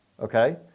Okay